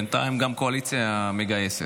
בינתיים גם הקואליציה מגייסת,